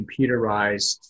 computerized